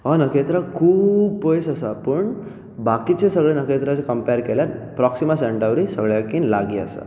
हो नकेत्र खूब पयस आसा पूण बाकीच्या सगल्या नकेत्रां कंपेर केल्यार प्रोक्सीमा सेंटावरी सगल्यांत लागीं आसा